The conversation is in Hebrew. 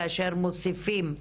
כאשר מוסיפים,